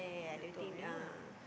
the two of you lah